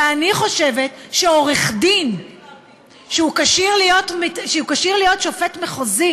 ואני חושבת שעורך דין שהוא כשיר להיות שופט מחוזי